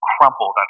crumpled